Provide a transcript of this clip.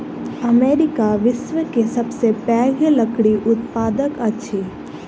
America विश्व के सबसे पैघ लकड़ी उत्पादक अछि